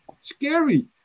scary